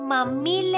Mummy